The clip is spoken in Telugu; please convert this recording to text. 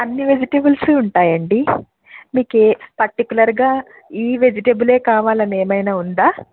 అన్ని వెజిటేబుల్స్ ఉంటాయి అండి మీకే పర్టిక్యులర్గా ఈ వెజిటేబులే కావాలని ఏమైనా ఉందా